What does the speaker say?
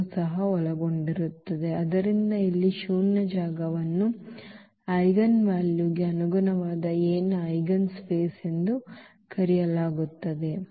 ಅನ್ನು ಸಹ ಒಳಗೊಂಡಿರುತ್ತದೆ ಆದ್ದರಿಂದ ಇಲ್ಲಿ ಶೂನ್ಯ ಜಾಗವನ್ನು ಐಜೆನ್ ವ್ಯಾಲ್ಯೂ ಗೆ ಅನುಗುಣವಾದ A ನ ಐಜೆನ್ ಸ್ಪೇಸ್ ಎಂದು ಕರೆಯಲಾಗುತ್ತದೆ